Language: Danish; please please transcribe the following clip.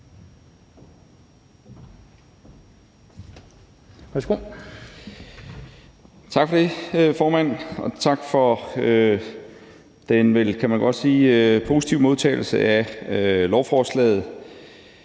Tak for det, formand, og tak for den vel, kan man godt sige, positive modtagelse af lovforslaget.